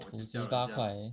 五十八块 eh